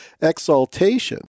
exaltation